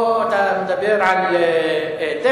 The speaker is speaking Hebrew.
או, אתה מדבר על טבח?